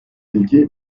bilgi